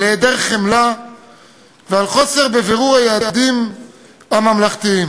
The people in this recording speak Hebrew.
היעדר חמלה וחוסר בירור היעדים הממלכתיים.